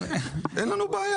אין לנו בעיה.